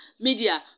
media